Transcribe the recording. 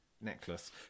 necklace